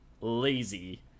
lazy